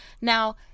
Now